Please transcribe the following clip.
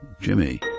Jimmy